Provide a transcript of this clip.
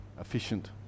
efficient